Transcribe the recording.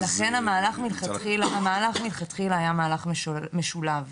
לכן המהלך מלכתחילה היה מהלך משולב.